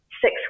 six